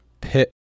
pit